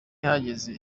yahageze